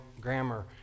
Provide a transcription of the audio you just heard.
grammar